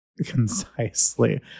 concisely